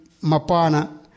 Mapana